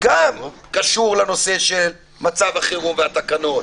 גם קשורים לנושא של מצב החירום והתקנות